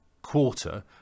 Quarter